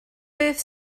beth